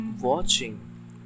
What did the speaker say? watching